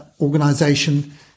organization